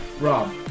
Rob